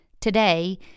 Today